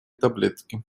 таблетки